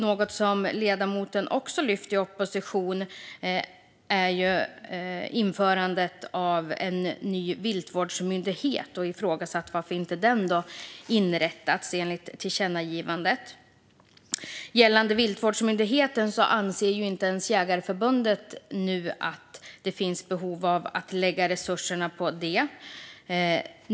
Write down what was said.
Något som ledamoten också lyfte upp i opposition är införandet av en ny viltvårdsmyndighet, och hon har ifrågasatt varför den inte har inrättats enligt tillkännagivandet. Gällande viltvårdsmyndigheten anser inte ens Jägareförbundet att det finns behov av att lägga resurserna på en sådan myndighet.